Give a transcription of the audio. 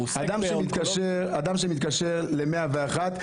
אדם שמתקשר ל-101,